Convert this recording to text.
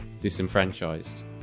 disenfranchised